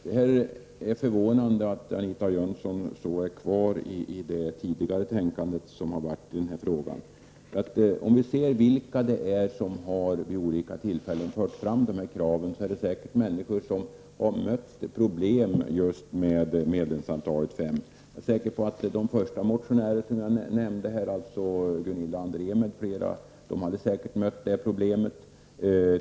Det är förvånande att Anita Jönsson är så kvar i det tidigare tänkandet i den här frågan. De som vid olika tillfällen har fört fram dessa krav är säkert människor som har mött problem med just medlemsantalet fem. Jag är säker på att de första motionärerna som jag nämnde, Gunilla André m.fl., har mött problemet.